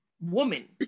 woman